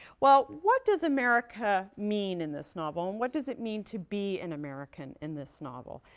well, what does america mean in this novel? and what does it mean to be an american in this novel?